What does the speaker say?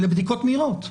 לבדיקות מהירות.